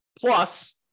Plus